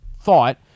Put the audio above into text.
thought